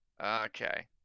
Okay